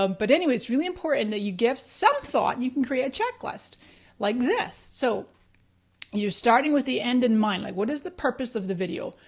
um but anyway, it's really important that you give some thought, you can create a checklist like this. so you're starting with the end in mind, like what is the purpose of the video?